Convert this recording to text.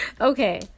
Okay